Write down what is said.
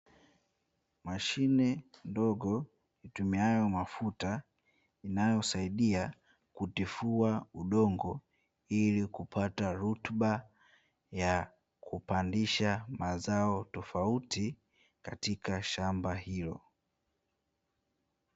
Mashine ndogo itumiayo mafuta inayosaidia kutifua udongo ili kupata rutuba ya kuotesha mazao ya aina tofauti tofauti katika shamba hili.